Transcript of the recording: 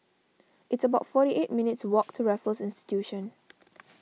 it's about forty eight minutes' walk to Raffles Institution